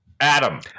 Adam